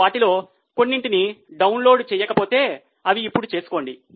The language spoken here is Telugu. మీరు వాటిలో కొన్నింటిని డౌన్లోడ్ చేయకపోతే అవి ఇప్పుడు తీసుకోండి